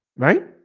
right?